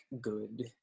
good